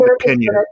opinion